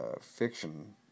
fiction